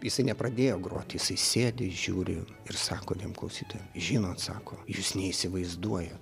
jisai nepradėjo groti jisai sėdi žiūri ir sako tiem klausytojam žinot sako jūs neįsivaizduojat